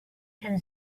can